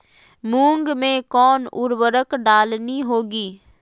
मूंग में कौन उर्वरक डालनी होगी?